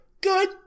good